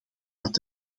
dat